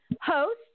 Host